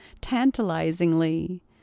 tantalizingly